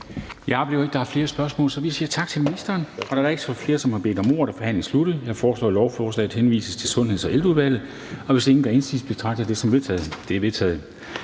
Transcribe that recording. Jeg oplever ikke, at der er flere spørgsmål, så vi siger tak til ministeren. Da der ikke er flere, der har bedt om ordet, er forhandlingen sluttet. Jeg foreslår, at lovforslaget henvises til Sundheds- og Ældreudvalget. Hvis ingen gør indsigelse, betragter jeg det som vedtaget.